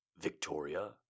Victoria